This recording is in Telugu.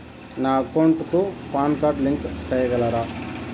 నా అకౌంట్ కు పాన్ కార్డు లింకు సేయగలరా?